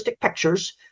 pictures